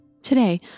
Today